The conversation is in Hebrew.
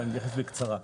אבל אני אתייחס בקצרה.